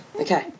Okay